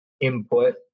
input